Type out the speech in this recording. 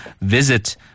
visit